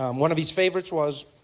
um one of his favorites was